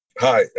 Hi